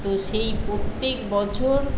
তো সেই প্রত্যেক বছর